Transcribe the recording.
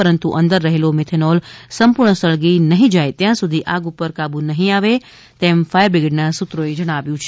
પરંતુ અંદર રહેલો મિથેનોલ સંપૂર્ણ સળગી નહીં જાથ ત્યાં સુધી આગ પર કાબુ નહીં આવે તેમ ફાયરબ્રિગ્રેડના સૂત્રોએ જણાવ્યું છે